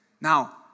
Now